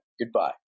goodbye